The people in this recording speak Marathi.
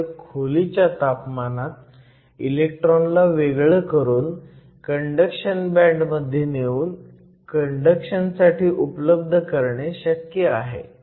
त्यामुळे खोलीच्या तापमानात इलेक्ट्रॉनला वेगळं करून कंडक्शन बँड मध्ये नेऊन कंडक्शन साठी उपलब्ध करणे शक्य आहे